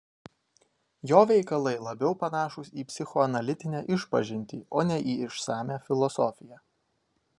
jo veikalai labiau panašūs į psichoanalitinę išpažintį o ne į išsamią filosofiją